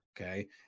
okay